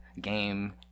game